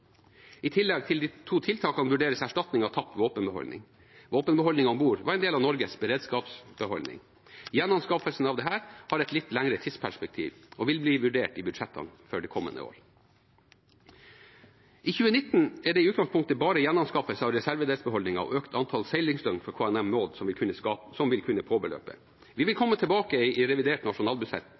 I tillegg til disse to tiltakene vurderes erstatning av tapt våpenbeholdning. Våpenbeholdningen om bord var en del av Norges beredskapsbeholdning. Gjenanskaffelsen av dette har et litt lenger tidsperspektiv og vil bli vurdert i budsjettene for de kommende år. I 2019 er det i utgangspunktet bare gjenanskaffelse av reservedelsbeholdningen og økt antall seilingsdøgn for KNM «Maud» som vil kunne påløpe. Vi vil komme tilbake i revidert nasjonalbudsjett